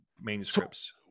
manuscripts